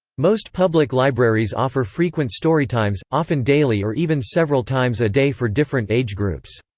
most public libraries offer frequent storytimes, often daily or even several times a day for different age groups.